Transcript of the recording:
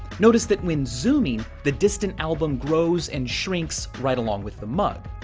notice that when zooming, the distant album grows and shrinks right along with the mug.